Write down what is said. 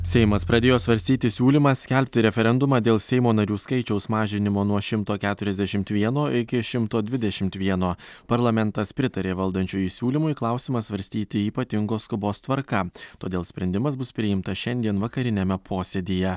seimas pradėjo svarstyti siūlymą skelbti referendumą dėl seimo narių skaičiaus mažinimo nuo šimto keturiasdešimt vieno iki šimto dvidešimt vieno parlamentas pritarė valdančiųjų siūlymui klausimą svarstyti ypatingos skubos tvarka todėl sprendimas bus priimtas šiandien vakariniame posėdyje